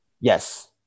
Yes